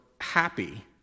happy